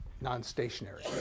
non-stationary